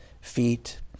feet